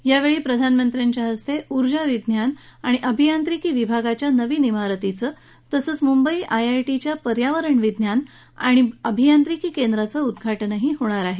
यावेळी प्रधानमंत्र्यांच्या हस्ते ऊर्जा विज्ञान आणि अभियांत्रिकी विभागाच्या नविन इमारतीचं तसंच मुंबई आयआयटीच्या पर्यावरण विज्ञान आणि अभियांत्रिकी केंद्राचं उद्वाटनही होणार आहे